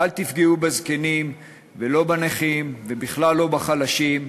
ואל תפגעו בזקנים ולא בנכים, ובכלל לא בחלשים,